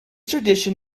tradition